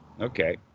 okay